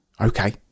Okay